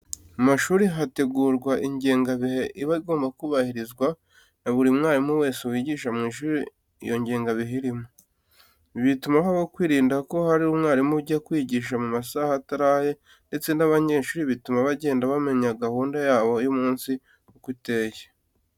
Mu mashuri hategurwa ingengabihe iba igomba kubahirizwa na buri mwarimu wese wigisha mu ishuri iyo ngengabihe irimo. Ibi bituma habaho kwirinda ko hari umwarimu ujya kwigisha mu masaha atari aye ndetse n'abanyeshuri bituma bagenda bamenya gahunda yabo y'umunsi uko iteye.